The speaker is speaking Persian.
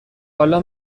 حالا